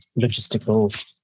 logistical